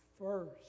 first